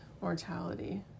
mortality